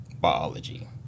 biology